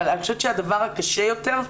אבל אני חושבת שהדבר הקשה יותר,